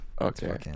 Okay